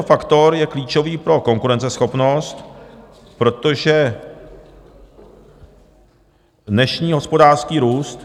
Tento faktor je klíčový pro konkurenceschopnost, protože dnešní hospodářský růst...